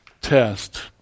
test